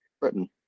Britain